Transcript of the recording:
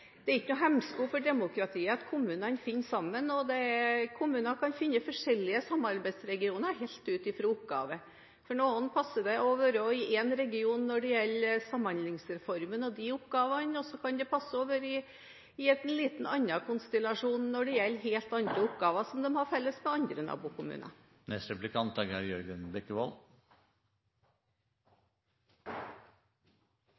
Det er ikke noen hemsko for demokratiet at kommunene finner sammen, og kommuner kan finne forskjellige samarbeidsregioner, helt ut fra oppgavene. For noen passer det å være i en region når det gjelder Samhandlingsreformen og de oppgavene, og så kan det passe å være i en liten, annen konstellasjon når det gjelder helt andre oppgaver som de har felles med andre nabokommuner.